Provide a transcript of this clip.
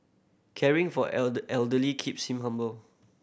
caring for elder elderly keeps in humble